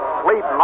sleep